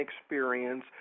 experience